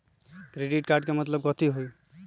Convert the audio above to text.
Credit card के मतलब कथी होई?